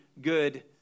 good